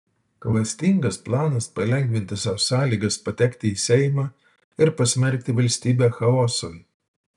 klastingas planas palengvinti sau sąlygas patekti į seimą ir pasmerkti valstybę chaosui